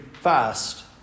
fast